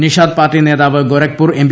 Nishad party നേതാവ് ഗോരഖ്പൂർ ്റ്റീം